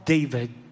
David